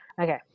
Okay